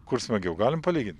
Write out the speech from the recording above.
kur smagiau galim palygint